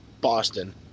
Boston